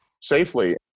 safely